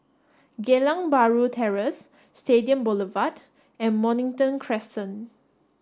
Geylang Bahru Terrace Stadium Boulevard and Mornington Crescent